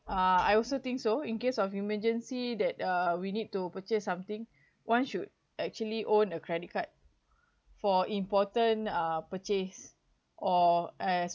uh I also think so in case of emergency that uh we need to purchase something one should actually own a credit card for important uh purchase or as